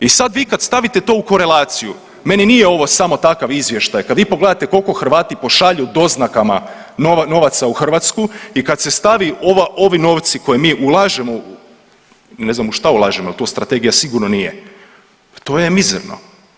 I sad vi kad stavite to u korelaciju meni nije ovo samo takav izvještaj kad vi pogledate koliko Hrvati pošalju doznakama novaca u Hrvatsku i kad se stavi ovi novci koje mi ulažemo, ne znam u šta ulažemo jer to strategija sigurno nije, to je mizerno.